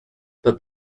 but